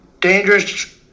dangerous